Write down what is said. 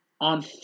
On